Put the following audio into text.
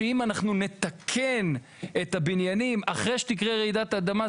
שאם אנחנו נתקן את הבניינים אחרי שתקרה רעידת אדמה,